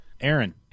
Aaron